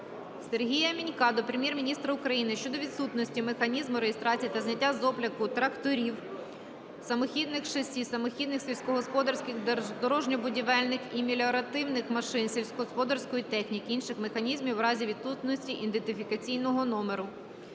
Сергія Мінька до Прем'єр-міністра України щодо відсутності механізму реєстрації та зняття з обліку тракторів, самохідних шасі, самохідних сільськогосподарських, дорожньо-будівельних і меліоративних машин, сільськогосподарської техніки, інших механізмів у разі відсутності ідентифікаційного номеру.